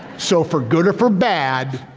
so for good or for bad,